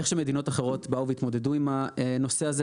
איך שמדינות אחרות התמודדו עם הנושא הזה,